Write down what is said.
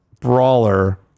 brawler